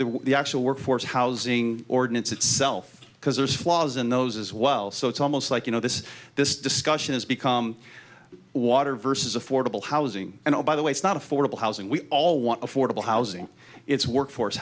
or the actual workforce housing ordinance itself because there's flaws in those as well so it's almost like you know this this discussion has become water versus affordable housing and oh by the way it's not affordable housing we all want affordable housing it's workforce